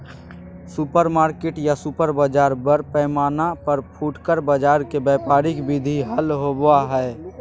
supermarket या super बाजार बड़ पैमाना पर फुटकर बाजार के व्यापारिक विधि हल होबा हई